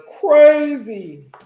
crazy